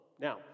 Now